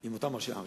עם אותם ראשי ערים.